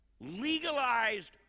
legalized